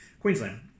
Queensland